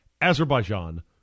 Azerbaijan